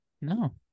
no